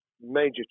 major